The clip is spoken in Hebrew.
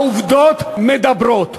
העובדות מדברות.